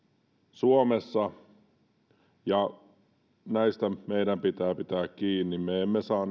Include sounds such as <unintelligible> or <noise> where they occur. suomessa näistä meidän pitää pitää kiinni me emme saa <unintelligible>